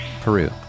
Peru